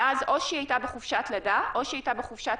מאז היא הייתה בחופשת לידה או שהייתה בחופשת